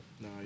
No